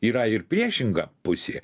yra ir priešinga pusė